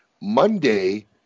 monday